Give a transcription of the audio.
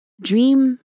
Dream